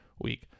week